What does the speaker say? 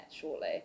shortly